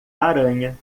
aranha